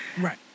Right